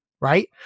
right